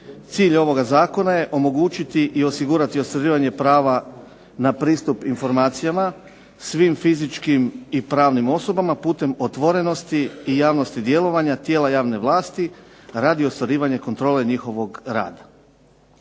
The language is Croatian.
Cilj ovog Zakona je omogućiti i osigurati ostvarivanje prava na pristup informacijama svim fizičkim i pravnim osobama putem otvorenosti i javnosti djelovanja tijela javne vlasti radi ostvarivanja kontrole njihovog rada.